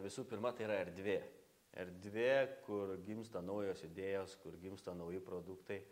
visų pirma tai yra erdvė erdvė kur gimsta naujos idėjos kur gimsta nauji produktai